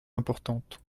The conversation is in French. importantes